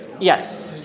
yes